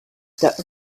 that